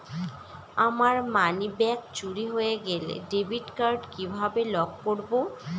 আমার মানিব্যাগ চুরি হয়ে গেলে ডেবিট কার্ড কিভাবে লক করব?